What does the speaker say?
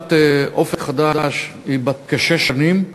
רפורמת "אופק חדש" היא בת כשש שנים,